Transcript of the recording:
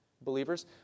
believers